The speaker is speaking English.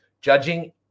judging